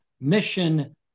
mission